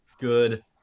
good